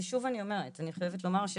ושוב אני אומרת ואני חייבת לומר,